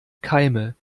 keime